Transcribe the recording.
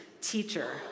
teacher